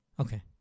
Okay